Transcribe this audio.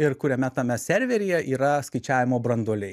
ir kuriame tame serveryje yra skaičiavimo branduoliai